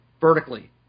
Vertically